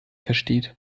versteht